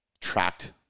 tracked